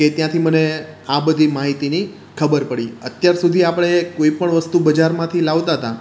કે ત્યાંથી મને આ બધી માહિતીની ખબર પડી અત્યાર સુધી આપણે કોઇપણ વસ્તુ બજારમાંથી લાવતા હતા